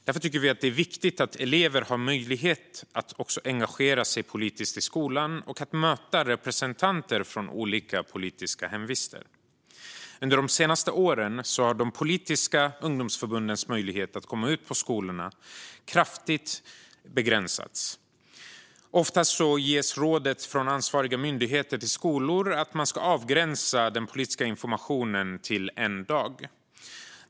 Därför tycker vi att det är viktigt att elever har möjlighet att engagera sig politiskt i skolan och att möta representanter från olika politiska hemvister. Under de senaste åren har de politiska ungdomsförbundens möjlighet att komma ut på skolor kraftigt begränsats. Oftast ges rådet från ansvariga myndigheter till skolor att de ska avgränsa den politiska informationen till en dag.